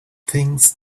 things